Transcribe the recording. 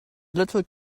little